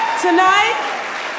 Tonight